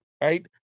right